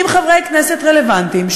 עם חברי כנסת רלוונטיים,